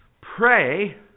pray